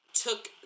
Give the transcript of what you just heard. took